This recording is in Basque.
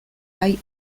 gai